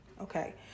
Okay